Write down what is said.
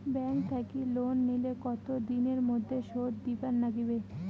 Bank থাকি loan নিলে কতো দিনের মধ্যে শোধ দিবার নাগিবে?